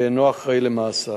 ואינו אחראי למעשיו.